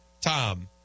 Tom